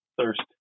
Thirst